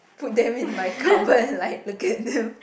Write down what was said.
put them in my cover and like look at them